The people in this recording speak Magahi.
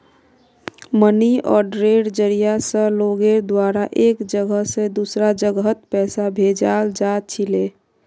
मनी आर्डरेर जरिया स लोगेर द्वारा एक जगह स दूसरा जगहत पैसा भेजाल जा छिले